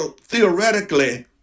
theoretically